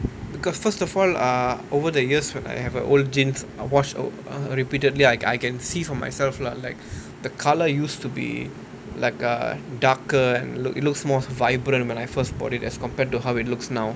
because first of all uh over the years when I have a old jeans I'll wash uh repeatedly I I can see for myself lah like the colour used to be like uh darker and look it looks more vibrant when I first bought it as compared to how it looks now